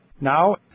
Now